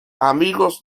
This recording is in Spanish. amigo